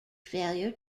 failure